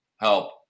help